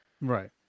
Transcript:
Right